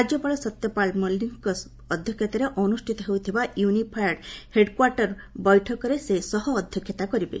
ରାଜ୍ୟପାଳ ସତ୍ୟପାଲ ମଲ୍ଲିକଙ୍କ ଅଧ୍ୟକ୍ଷତାରେ ଅନୁଷ୍ଠିତ ହେଉଥିବା ୟୁନିଫାଏଡ୍ ହେଡ୍କ୍ୱାର୍ଟସ୍ ବୈଠକରେ ସେ ସହ ଅଧ୍ୟକ୍ଷତା କରିବେ